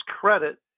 credit